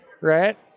Right